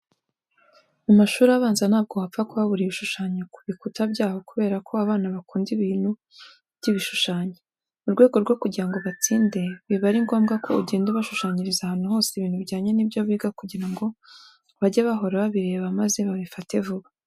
Mu mashuri abanza ntabwo wapfa kuhabura ibishushanyo ku bikuta byaho kubera ko abana bakunda ibintu by'ibishushanyo. Mu rwego rwo kugira ngo batsinde, biba ari ngombwa ko ugenda ubashushanyiriza ahantu hose ibintu bijyanye n'ibyo biga kugira ngo bajye bahora babireba maze babifate vuba.